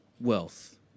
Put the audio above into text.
wealth